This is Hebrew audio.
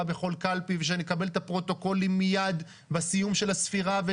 בכל קלפי ושנקבל את הפרוטוקולים מיד בסיום של הספירה.